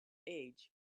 age